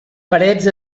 parets